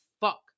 fuck